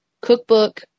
Cookbook